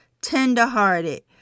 tenderhearted